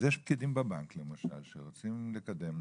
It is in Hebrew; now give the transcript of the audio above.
אז יש פקידים בבנק למשל שרוצים לקדם,